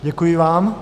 Děkuji vám.